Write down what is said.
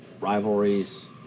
Rivalries